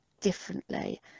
differently